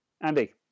Andy